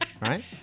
right